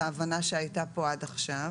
ההבנה שהייתה פה עד עכשיו.